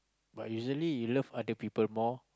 but usually you love other people more